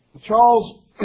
Charles